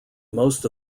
most